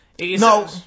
No